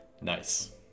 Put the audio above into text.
Nice